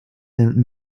been